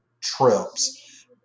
trips